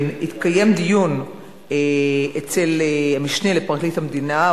התקיים דיון אצל המשנה לפרקליט המדינה,